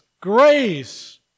grace